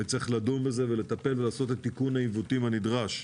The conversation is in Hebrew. צריך לדון בזה ולעשות את תיקון העיוותים הנדרש.